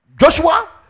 Joshua